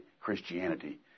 Christianity